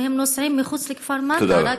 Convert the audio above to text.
והם נוסעים מחוץ לכפר מנדא.